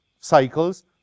cycles